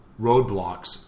roadblocks